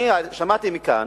אני שמעתי כאן,